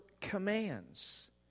commands